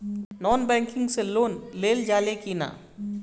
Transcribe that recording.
Non banking से loan लेल जा ले कि ना?